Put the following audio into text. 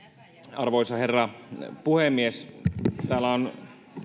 arvoisa herra puhemies täällä on